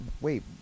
Wait